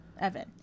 Evan